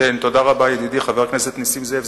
תודה רבה, ידידי חבר הכנסת נסים זאב.